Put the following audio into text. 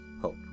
hope